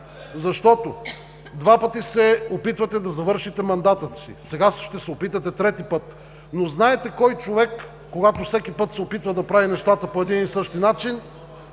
защото два пъти се опитвате да завършите мандата си, сега ще се опитате трети път, но знаете кой човек, когато всеки път се опитва да прави нещата по един и същи начин,